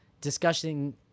discussing